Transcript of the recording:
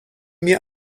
mir